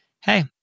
hey